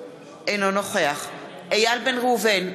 אינו נוכח איל בן ראובן,